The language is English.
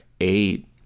eight